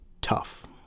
tough